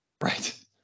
right